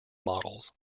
models